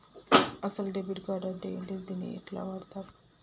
అసలు debit card అంటే ఏంటిది? దీన్ని ఎట్ల వాడుతరు?